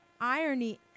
irony